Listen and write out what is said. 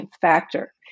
factor